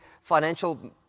financial